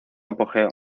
apogeo